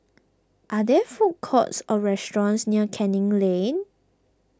are there food courts or restaurants near Canning Lane